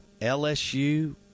LSU